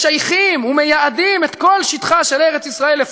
משייכים ומייעדים את כל שטחה של ארץ-ישראל,